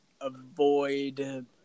avoid